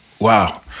Wow